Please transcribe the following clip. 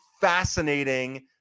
fascinating